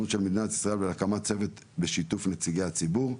של מדינת ישראל בהקמת צוות בשיתוף נציגי הציבור.